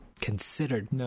considered